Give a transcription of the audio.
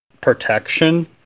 protection